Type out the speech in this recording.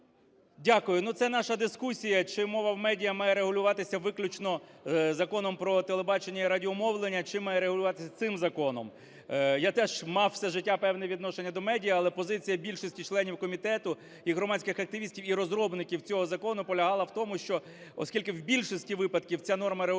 Дякую. Ну, це наша дискусія чи мова в медіа має регулюватися виключно Законом "Про телебачення і радіомовлення" чи має регулюватися цим законом. Я теж мав все життя певне відношення до медіа, але позиція більшості членів комітету і громадських активістів, і розробників цього закону полягала в тому, що оскільки в більшості випадків ця норма регулюється